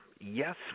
Yes